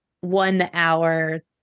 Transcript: one-hour